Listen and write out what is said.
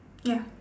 ya